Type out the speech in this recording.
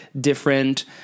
different